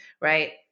right